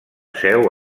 seu